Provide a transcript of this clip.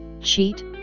cheat